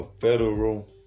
federal